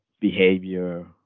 behavior